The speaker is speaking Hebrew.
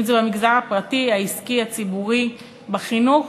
אם זה במגזר הפרטי, העסקי, הציבורי, בחינוך,